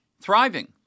thriving